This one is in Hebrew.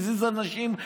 מזיז אנשים,